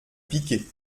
piquer